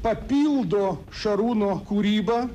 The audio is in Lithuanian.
papildo šarūno kūrybą